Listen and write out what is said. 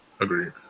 Agreed